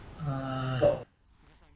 uh